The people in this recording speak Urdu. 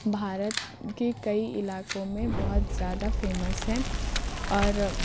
بھارت کے کئی علاقوں میں بہت زیادہ فیمس ہیں اور